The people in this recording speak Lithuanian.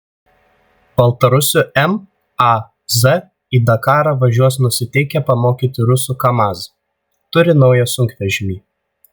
baltarusių maz į dakarą važiuos nusiteikę pamokyti rusų kamaz turi naują sunkvežimį